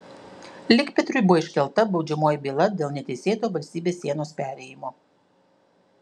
likpetriui buvo iškelta baudžiamoji byla dėl neteisėto valstybės sienos perėjimo